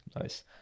Nice